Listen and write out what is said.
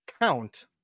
count